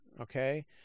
okay